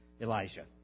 Elijah